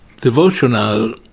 devotional